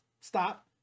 Stop